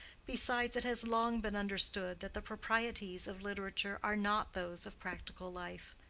besides, it has long been understood that the proprieties of literature are not those of practical life.